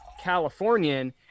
californian